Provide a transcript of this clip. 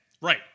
Right